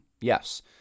Yes